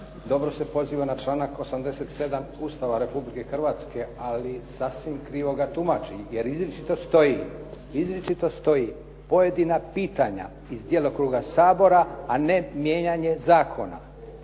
dobro se poziva na članak 87. Ustava Republike Hrvatske ali sasvim krivo ga tumači jer izričito stoji: "Pojedina pitanja iz djelokruga Sabora a ne mijenjanje zakona.